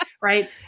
Right